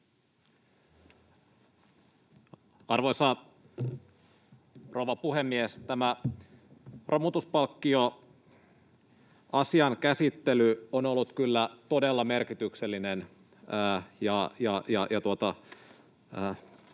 Arvoisa rouva puhemies! Tämä romutuspalkkioasian käsittely on ollut kyllä todella merkityksellinen ja